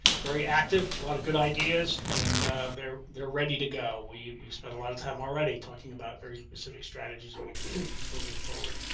very active a lot of good ideas and they're they're ready to go. we we spent a lot of time already talking about very specific strategies and recommendations, moving forward.